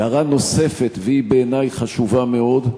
הערה נוספת, והיא בעיני חשובה מאוד,